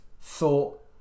thought